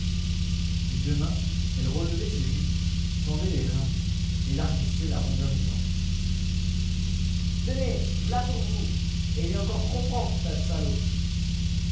deux mains elle relevait ses jupes tendait les reins élargissait la rondeur énorme tenez v'là pour vous et il est encore trop propre tas de salauds